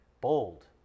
bold